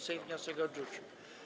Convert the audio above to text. Sejm wniosek odrzucił.